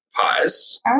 pies